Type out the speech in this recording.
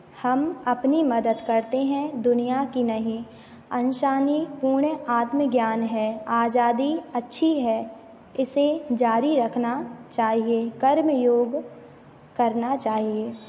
हम अपनी मदद करते हैं दुनिया की नहीं आत्मज्ञान है आज़ादी अच्छी है इसे जारी रखना चाहिए कर्म योग करना चाहिए